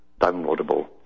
downloadable